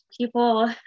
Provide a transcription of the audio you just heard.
people